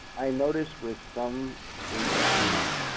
i notice with some agencies,